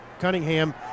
Cunningham